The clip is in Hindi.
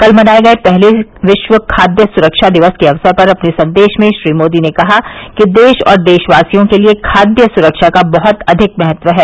कल मनाए गये पहले विश्व खाद्य स्रक्षा दिवस के अवसर पर अपने संदेश में श्री मोदी ने कहा कि देश और देशवासियों के लिए खाद्य सुरक्षा का बहत अधिक महत्व है